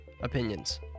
opinions